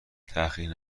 تحقیر